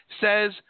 says